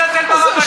ברב הראשי?